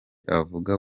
avuga